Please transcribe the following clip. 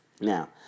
Now